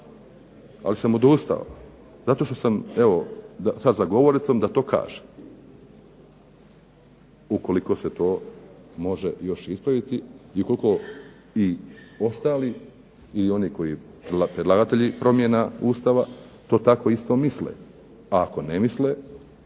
ali sam odustao zato što sam evo sad za govornicom da to kažem, ukoliko se to može još ispraviti i ukoliko i ostali i oni koji predlagatelji promjena Ustava to tako isto misle, a ako ne misle